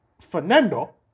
Fernando